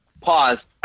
pause